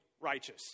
righteous